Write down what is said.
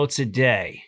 today